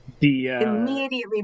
Immediately